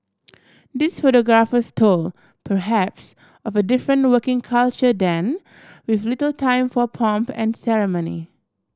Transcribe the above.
these photographs told perhaps of a different working culture then with little time for pomp and ceremony